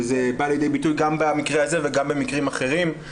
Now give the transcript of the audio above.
וזה בא לידי ביטוי גם במקרה הזה וגם במקרים אחרים,